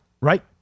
Right